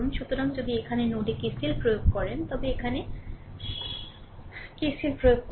সুতরাং যদি এখানে নোডে KCL প্রয়োগ করেন তবে এখানে KCL প্রয়োগ করুন এখানে KCL প্রয়োগ করুন